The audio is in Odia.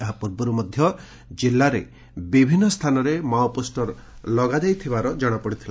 ଏହା ପୂର୍ବରୁ ମଧ୍ଧ ଜିଲ୍ଲାର ବିଭିନ୍ନ ସ୍ଚାନରେ ମାଓ ପୋଷର ଲଗାଯାଇଥିବାର ଜଣାଯାଇଥିଲା